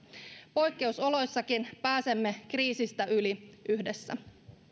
poikkeusoloissakin pääsemme kriisistä yli yhdessä